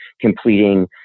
completing